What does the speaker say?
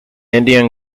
indian